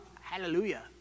Hallelujah